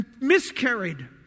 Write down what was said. miscarried